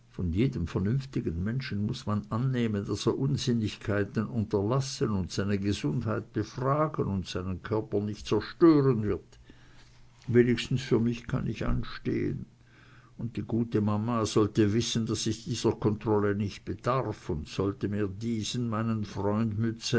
von jedem vernünftigen menschen muß man annehmen daß er unsinnigkeiten unterlassen und seine gesundheit befragen und seinen körper nicht zerstören wird wenigstens für mich kann ich einstehen und die gute mama sollte wissen daß ich dieser kontrolle nicht bedarf und sollte mir diesen meinen freund